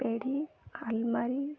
ପେଡ଼ି ଆଲମାରୀ